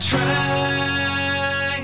Try